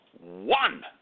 one